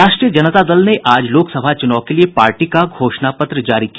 राष्ट्रीय जनता दल ने आज लोकसभा चुनाव के लिए पार्टी का घोषणा पत्र जारी किया